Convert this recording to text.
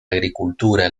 agricultura